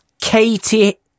Katie